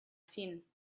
seen